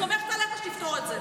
סומכת עליך שתפתור את זה.